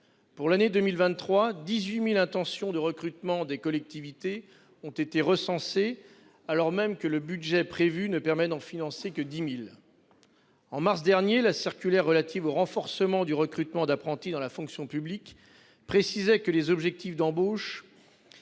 pour l'année 2023, quelque 18 000 intentions de recrutement des collectivités ont été recensées, alors même que le budget prévu ne permet d'en financer que 10 000. En mars dernier, la circulaire relative au renforcement du recrutement d'apprentis dans la fonction publique pour les années 2023-2026